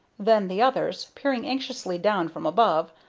then the others, peering anxiously down from above,